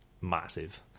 massive